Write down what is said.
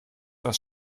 das